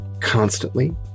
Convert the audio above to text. constantly